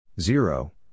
Zero